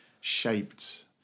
shaped